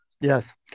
Yes